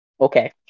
Okay